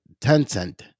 Tencent